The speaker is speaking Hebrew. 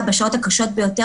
בשעות הקשות ביותר,